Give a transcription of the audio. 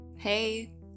Hey